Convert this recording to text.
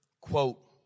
quote